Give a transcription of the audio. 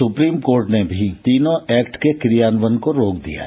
supreme court ने भी तीनों एक्ट के क्रियान्दयन को रोक दिया है